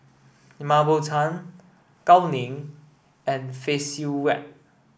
Mah Bow Tan Gao Ning and Phay Seng Whatt